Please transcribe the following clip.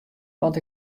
want